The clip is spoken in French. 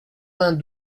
vingt